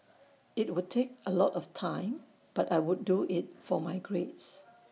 IT would take A lot of time but I would do IT for my grades